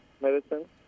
medicine